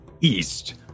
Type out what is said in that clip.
east